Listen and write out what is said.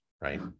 right